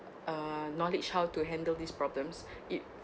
uh knowledge how to handle these problems it